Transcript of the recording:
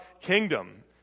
kingdom